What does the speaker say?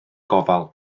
gofal